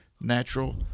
natural